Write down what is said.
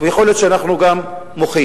ויכול להיות שאנחנו גם מוחים.